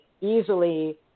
easily